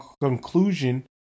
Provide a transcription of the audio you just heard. conclusion